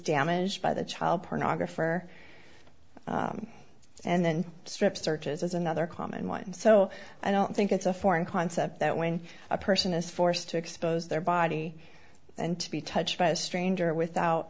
damaged by the child pornographer and then strip searches as another common one so i don't think it's a foreign concept that when a person is forced to expose their body and to be touched by a stranger without